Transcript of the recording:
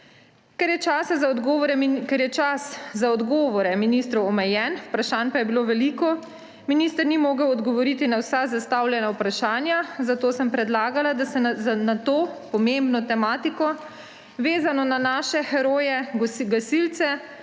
Ker je čas za odgovore ministru omejen, vprašanj pa je bilo veliko, minister ni mogel odgovoriti na vsa zastavljena vprašanja, zato sem predlaga, da se na to pomembno tematiko, vezano na naše heroje gasilce,